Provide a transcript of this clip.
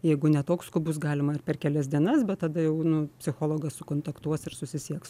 jeigu ne toks skubus galima ir per kelias dienas bet tada jau nu psichologas sukontaktuos ir susisieks